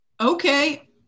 Okay